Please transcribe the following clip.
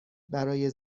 برای